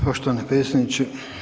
Poštovani predsjedniče.